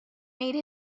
made